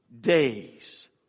days